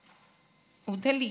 הוא דליק,